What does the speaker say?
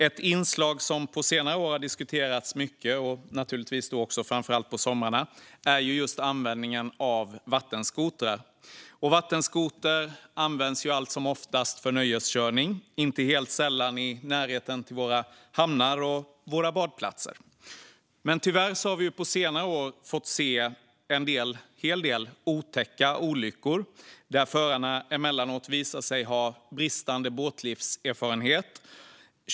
Ett inslag som på senare år diskuterats mycket och framför allt på sommaren är just användningen av vattenskotrar. De används allt som oftast för nöjeskörning, inte sällan i närheten av våra hamnar och badplatser. Men tyvärr har vi på senare år också fått se en hel del otäcka olyckor där förarna emellanåt visar sig ha bristande båtlivserfarenhet.